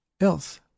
else